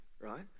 right